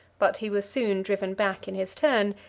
but he was soon driven back in his turn,